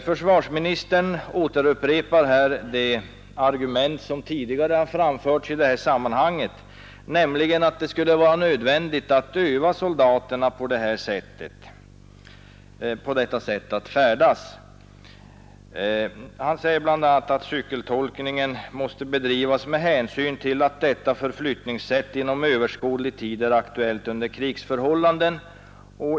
Försvarsministern återupprepar det argument som tidigare har framförts i det här sammanhanget, nämligen att det skulle vara nödvändigt att öva soldaterna att färdas på detta sätt. Han säger bl.a. att cykeltolkningen måste ”bedrivas med hänsyn till att detta förflyttningssätt inom överskådlig framtid är aktuellt under krigsförhållanden”.